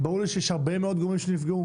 ברור לי שיש הרבה מאוד גורמים שנפגעו.